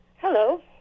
Hello